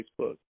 Facebook